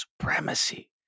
supremacy